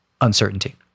uncertainty